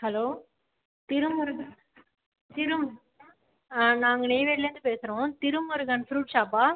hello Thirumurugan Thiru ஆ நாங்கள் நெய்வேலிலேருந்து பேசுகிறோம் திருமுருகன் ஃப்ரூட் ஷாப்பா